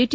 T